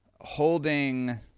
holding